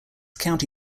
county